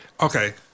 Okay